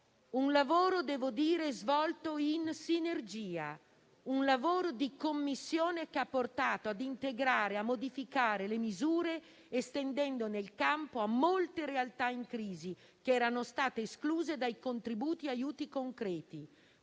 «un lavoro, devo dire, svolto in sinergia, un lavoro di Commissione che ha portato a integrare e modificare le misure, estendendone il campo a molte realtà in crisi che erano state escluse dai contributi e aiuti concreti.